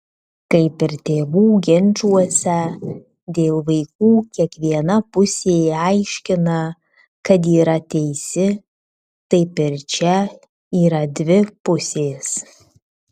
kaip ir tėvų ginčuose dėl vaikų kiekviena pusė aiškina kad yra teisi taip ir čia yra dvi pusės